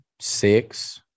six